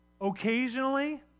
Occasionally